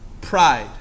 pride